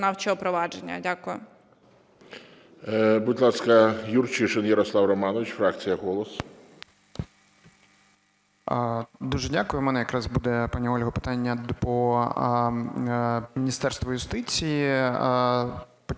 виконавчого провадження. Дякую.